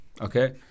Okay